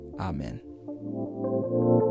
Amen